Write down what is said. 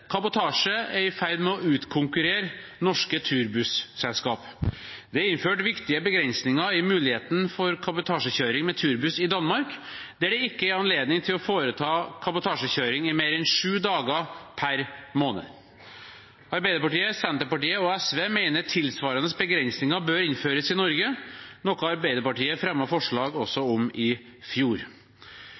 Kabotasje er i ferd med å utkonkurrere norske turbusselskap. Det er innført viktige begrensninger i muligheten for kabotasjekjøring med turbuss i Danmark, der det ikke er anledning til å foreta kabotasjekjøring i mer enn sju dager per måned. Arbeiderpartiet, Senterpartiet og SV mener tilsvarende begrensninger bør innføres i Norge, noe Arbeiderpartiet også fremmet forslag om i fjor.